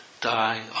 die